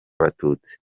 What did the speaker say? abatutsi